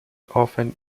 often